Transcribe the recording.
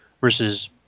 versus